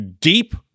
deep